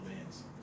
bands